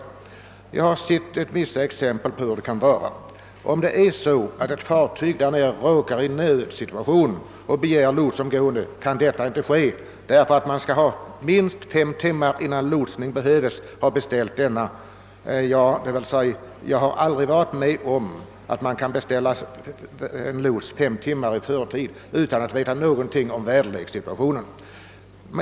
Jag har sett exempel på hur det kan vara om ett fartyg där nere råkar i en nödsituation och omgående begär lots. Detta kan inte ske därför att man skall minst fem timmar innan lotsning behövs ha beställt denna. Jag har aldrig varit med om att man kan beställa en lots fem timmar i förtid innan man vet något om väderlekssituationen.